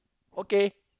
okay